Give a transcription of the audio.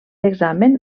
examen